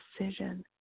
decision